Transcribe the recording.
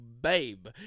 babe